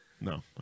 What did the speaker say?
No